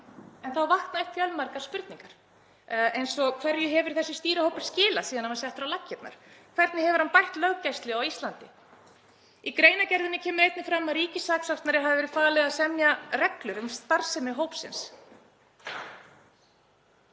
En þá vakna upp fjölmargar spurningar. Hverju hefur þessi stýrihópur skilað síðan hann var settur á laggirnar? Hvernig hefur hann bætt löggæslu á Íslandi? Í greinargerðinni kemur einnig fram að ríkissaksóknara hafi verið falið að semja reglur um starfsemi hópsins.